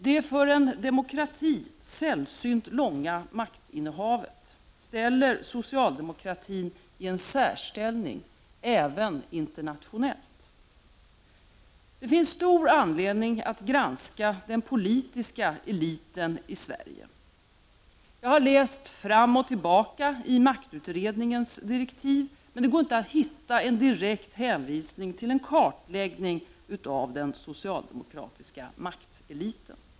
Det för en demokrati sällsynt långa maktinnehavet ställer socialdemokratin i en särställning även internationellt. Det finns stor anledning att granska den politiska eliten i Sverige. Jag har läst fram och tillbaka i maktutredningens direktiv, men det går inte att hitta en direkt hänvisning till en kartläggning av den socialdemokratiska makteliten.